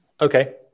Okay